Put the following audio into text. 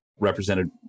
represented